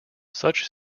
such